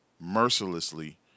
mercilessly